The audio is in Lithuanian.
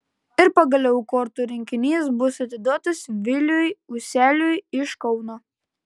ir pagaliau kortų rinkinys bus atiduotas viliui useliui iš kauno